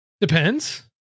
Depends